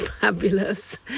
fabulous